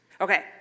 Okay